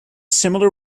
similar